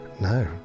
No